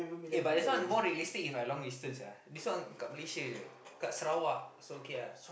eh but this one more realistic if I long distance sia this one kat Malaysia je kat Sarawak so okay ah